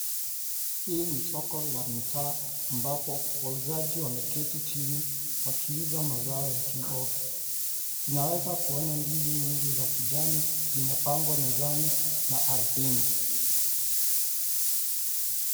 Hii ni soko la mitaa ambapo wauzaji wameketi chini wakiuza mazao ya kimboga. Tunaweza kuona ndizi nyingi za kijani zimepangwa mezani na ardhini .